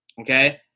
Okay